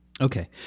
Okay